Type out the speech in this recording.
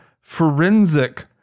forensic